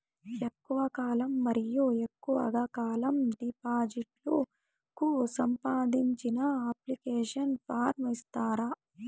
తక్కువ కాలం మరియు ఎక్కువగా కాలం డిపాజిట్లు కు సంబంధించిన అప్లికేషన్ ఫార్మ్ ఇస్తారా?